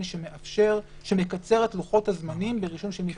שמקצר את לוחות-הזמנים ברישום של מפלגה.